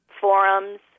forums